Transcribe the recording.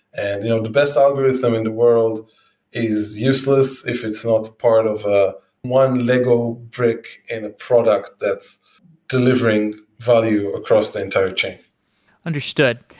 and you know the best algorithm in the world is useless if it's not part of one lego brick in a product that's delivering value across the entire chain understood.